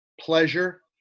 pleasure